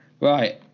right